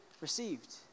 received